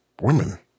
women